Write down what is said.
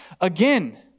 again